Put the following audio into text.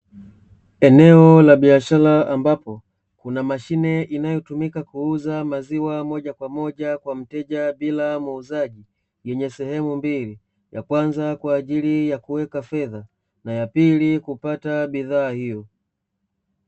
Eneo la biashara ambapo kuna mashine, inayotumika kuuza maziwa moja kwa moja kwa mteja bila muuzaji yenye sehemu mbili ya kwanza kwa ajili ya kuweka fedha na ya pili kupata bidhaa hiyo.